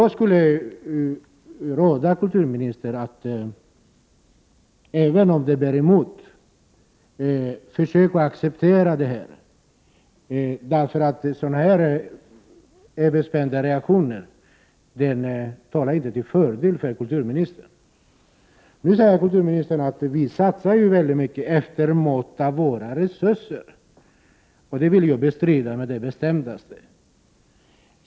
Jag skulle råda kulturministern att, även om det bär emot, försöka acceptera det här. Sådana här överspända reaktioner talar inte till fördel för en kulturminister. Nu säger kulturministern att vi satsar mycket efter måttet av våra resurser. Det vill jag på det bestämdaste bestrida.